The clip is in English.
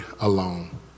alone